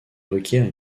requiert